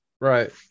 Right